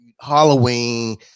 Halloween